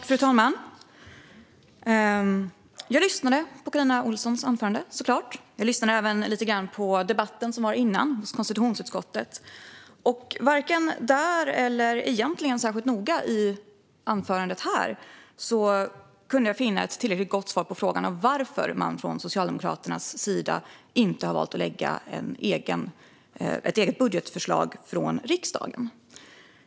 Fru talman! Jag lyssnade på Carina Ohlssons anförande. Jag lyssnade även lite på konstitutionsutskottets debatt innan, och varken där eller särskilt noga i anförandet här kunde jag finna ett tillräckligt gott svar på frågan varför Socialdemokraterna har valt att inte lägga fram ett eget budgetförslag för riksdagen.